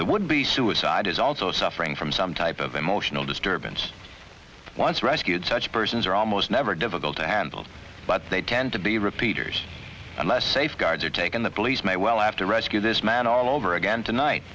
the would be suicide is also suffering from some type of emotional disturbance once rescued such persons are almost never difficult to handle but they tend to be repeaters unless safeguards are taken the police may well have to rescue this man all over again tonight